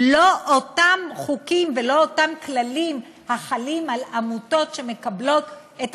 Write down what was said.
לא אותם חוקים ולא אותם כללים החלים על עמותות שמקבלות את